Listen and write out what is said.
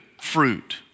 fruit